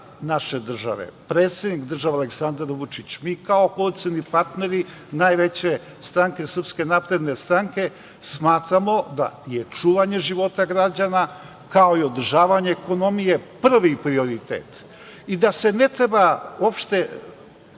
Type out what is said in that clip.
naše države, predsednik države Aleksandar Vučić, mi kao koalicioni partneri najveće stranke smatramo da je čuvanje života građana, kao i održavanje ekonomije prvi prioritet i da se ne treba uopšte